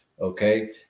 okay